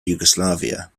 yugoslavia